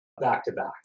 back-to-back